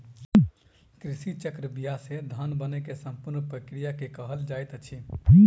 कृषि चक्र बीया से धान बनै के संपूर्ण प्रक्रिया के कहल जाइत अछि